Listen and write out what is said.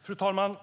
Fru talman!